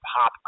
pop